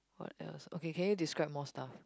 what else okay can you describe more stuff